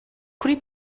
kuri